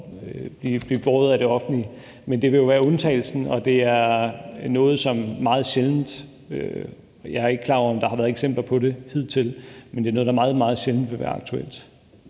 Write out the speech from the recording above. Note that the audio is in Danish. vil blive båret af det offentlige. Men det vil jo være undtagelsen, og det er noget, som er meget sjældent. Jeg er ikke klar over, om der har været eksempler på det hidtil, men det er noget, der meget, meget sjældent vil være aktuelt.